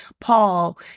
Paul